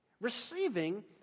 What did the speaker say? receiving